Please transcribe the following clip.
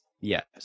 yes